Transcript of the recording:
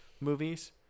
movies